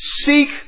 Seek